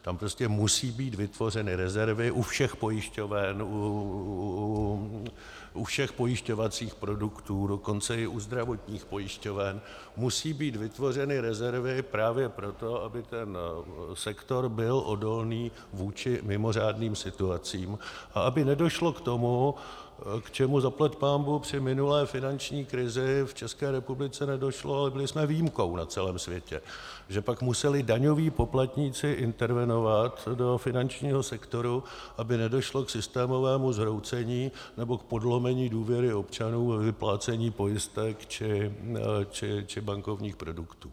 Tam prostě musí být vytvořeny rezervy u všech pojišťoven, u všech pojišťovacích produktů, dokonce i u zdravotních pojišťoven musí být vytvořeny rezervy právě proto, aby ten sektor byl odolný vůči mimořádným situacím a aby nedošlo k tomu, k čemu zaplať pánbůh při minulé finanční krizi v České republice nedošlo, a byli jsme výjimkou na celém světě, že pak museli daňoví poplatníci intervenovat do finančního sektoru, aby nedošlo k systémovému zhroucení nebo k podlomení důvěry občanů ve vyplácení pojistek či bankovních produktů.